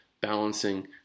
balancing